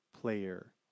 player